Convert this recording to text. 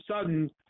sudden